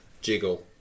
Jiggle